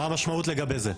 מה המשמעות לגבי זה?